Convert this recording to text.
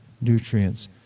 nutrients